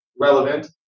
Relevant